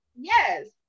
yes